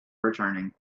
returning